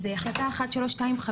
אז החלטה 1325,